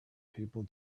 people